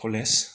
college